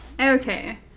Okay